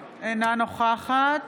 אינה נוכחת